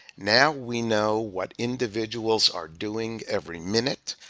now we know what individuals are doing every minute.